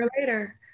later